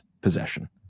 possession